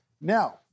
Now